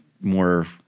more